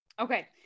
Okay